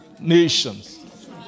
nations